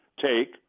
take